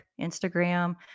Instagram